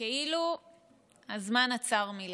כאילו הזמן עצר מלכת.